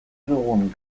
dugun